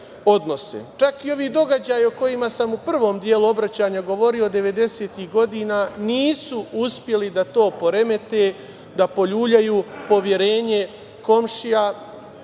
i ovi događaji o kojima sam u prvom delu obraćanja govorio devedesetih godina nisu uspeli da to poremete, da poljuljaju poverenje komšija